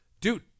Dude